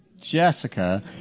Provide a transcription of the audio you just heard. Jessica